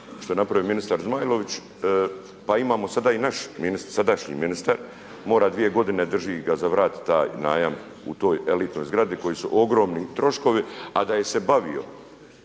što je napravio ministar Zmajlović pa imamo sada i naš, sadašnji ministar mora 2 godine drži ga za vrat taj najam u toj elitnoj zgradi koji su ogromni troškovi a da se je bavio